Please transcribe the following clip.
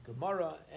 Gemara